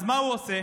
אז מה הוא עושה?